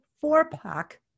four-pack